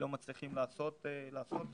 מצליחים לעשות זאת.